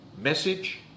Message